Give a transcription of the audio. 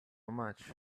much